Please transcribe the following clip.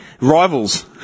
rivals